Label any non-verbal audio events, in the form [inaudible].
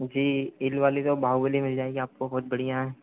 जी इल वाली का [unintelligible] मिल जाएगी आपको बहुत बढ़िया